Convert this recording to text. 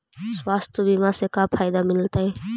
स्वास्थ्य बीमा से का फायदा मिलतै?